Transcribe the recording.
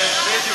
לך לקלפי.